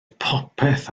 popeth